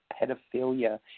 pedophilia